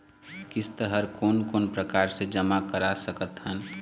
किस्त हर कोन कोन प्रकार से जमा करा सकत हन?